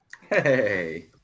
Hey